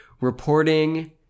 reporting